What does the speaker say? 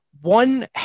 One